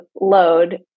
load